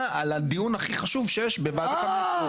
על הדיון הכי חשוב שיש בוועדת המטרו.